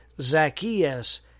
Zacchaeus